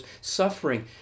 suffering